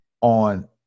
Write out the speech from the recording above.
on